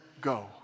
go